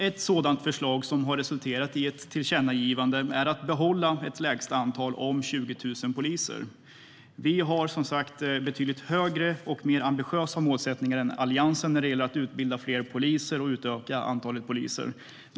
Ett sådant förslag som har resulterat i ett tillkännagivande är att man ska behålla ett lägsta antal om 20 000 poliser. Vi har, som sagt, betydligt högre och ambitiösare målsättningar än Alliansen när det gäller att utbilda fler och utöka antalet poliser.